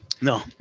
No